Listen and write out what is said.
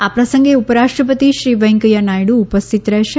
આ પ્રસંગે ઉપરાષ્ટ્રપતિ શ્રી વેકૈયા નાયડુ ઉપસ્થિત રહેશે